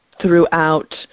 throughout